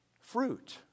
fruit